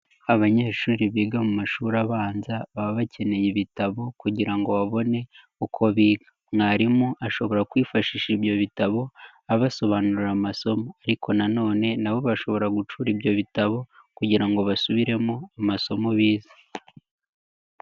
Abanyeshuri biga mu mashuri abanza baba bakeneye ibitabo kugira ngo babone uko biga. Mwarimu ashobora kwifashisha ibyo bitabo abasobanurira amasomo, ariko nanone nabo bashobora gucura ibyo bitabo kugira ngo basubiremo amasomo bize.